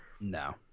No